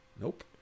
Nope